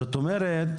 זאת אומרת,